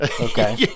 Okay